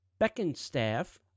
Beckenstaff